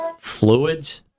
Fluids